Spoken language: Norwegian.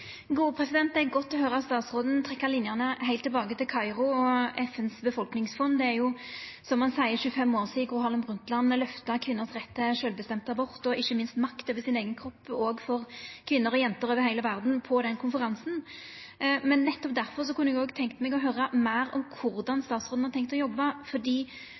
Det er godt å høyra at statsråden trekkjer linjene heilt tilbake til Kairo og FNs befolkningsfond. Det er som han seier, 25 år sidan Gro Harlem Brundtland på den konferansen løfta kvinners rett til sjølvbestemd abort og ikkje minst makt over eigen kropp, òg for kvinner og jenter over heile verda. Nettopp difor kunne eg ha tenkt meg å høyra meir om korleis statsråden har tenkt å